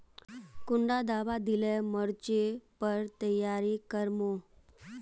कुंडा दाबा दिले मोर्चे पर तैयारी कर मो?